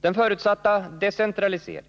Den förutsatta decentraliseringen